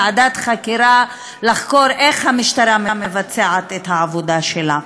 ועדת חקירה לחקור איך המשטרה מבצעת את העבודה שלה.